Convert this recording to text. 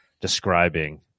describing